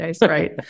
right